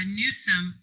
Newsom